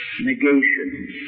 negation